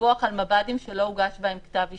דיווח על מב"דים שלא הוגש בהם כתב אישום.